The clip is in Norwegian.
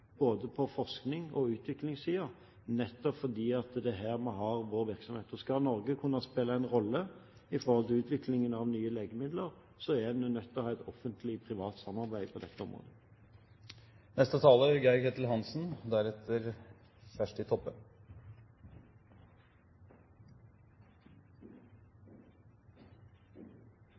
både på forsknings- og utviklingssiden, nettopp fordi det er her vi har vår virksomhet. Skal Norge kunne spille en rolle i utviklingen av nye legemidler, er en nødt til å ha et offentlig-privat samarbeid på dette området.